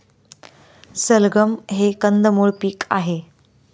सलगम हे कंदमुळ पीक आहे